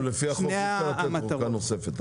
אפשר דחייה נוספת?